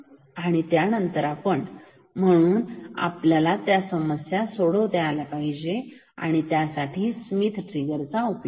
आणि त्यानंतर आपण म्हणून आपल्याला त्या समस्या सोडवता आल्या स्मिथ ट्रिगरचा उपयोग करून